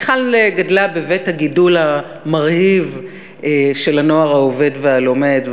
מיכל גדלה בבית-הגידול המרהיב של "הנוער העובד והלומד",